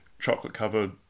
chocolate-covered